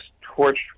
torch